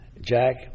Jack